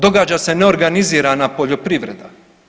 Događa se neorganizirana poljoprivreda.